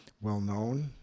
well-known